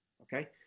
Okay